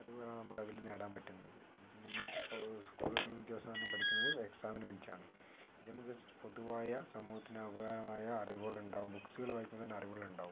അറിവുകളാണ് നമ്മൾക്ക് അതിൽ നേടാൻ പറ്റുന്നത് എന്താണെന്നു വച്ചാൽ നമ്മൾ സ്ക്കൂളുകളിലും വിദ്യാഭ്യാസ സ്ഥാപനങ്ങളിലും പഠിക്കുന്നത് എക്സാമിനു വേണ്ടിയിട്ടാണ് ഇത് നമുക്ക് പൊതുവായ സമൂഹത്തിന് ഉപകാരമായ അറിവുകളുണ്ടാകും ബുക്സുകൾ വായിക്കുമ്പോൾത്തന്നെ അറിവുകളുണ്ടാകും